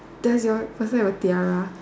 does your person have a tiara